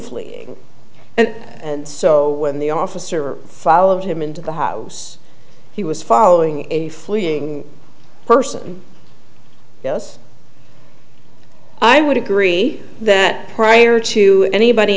fleeing and and so when the officer followed him into the house he was following a fleeing person yes i would agree that prior to anybody